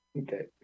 Okay